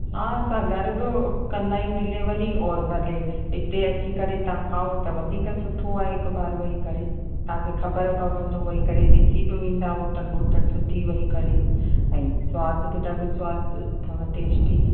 हा असां घर बि कंदा आहियूं डिलीवरी और भले हिते अची करे तव्हां खाओ त वधीक सुठो आहे हिकु बार वेही करे तव्हांखे ख़बर पवंदो वेही करे ॾिसी बि वेंदा होटल वोटल सुठी वेही करे ऐं स्वादु बि ॾाढो स्वादु अथव टेस्टी